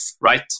right